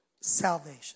salvation